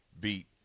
beat